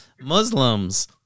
muslims